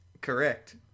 Correct